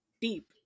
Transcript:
deep